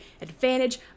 advantage